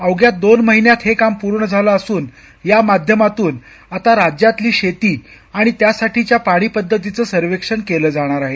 अवघ्या दोन महिन्यात हे काम पूर्ण झालं असून या माध्यमातून आता राज्यातली शेती आणि त्यासाठीच्या पाणी पद्धतीचं सर्वेक्षण केलं जाणार आहे